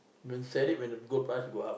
then sell it when the gold price go up